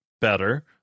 better